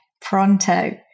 pronto